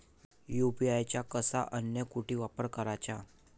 UPI चा कसा अन कुटी वापर कराचा?